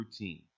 routine